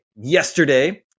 yesterday